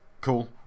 cool